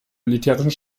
militärischen